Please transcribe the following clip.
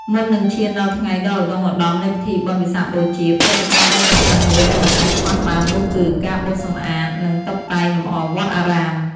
មុននឹងឈានដល់ថ្ងៃដ៏ឧត្តុង្គឧត្តមនៃពិធីបុណ្យវិសាខបូជា ព្រឹត្តិការណ៍ដ៏សំខាន់មួយដែលមិនអាចខ្វះបាននោះគឺ ការបោសសម្អាត និងតុបតែងលម្អវត្តអារាម។